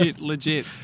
legit